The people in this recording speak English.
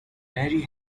mary